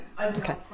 Okay